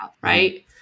Right